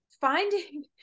Finding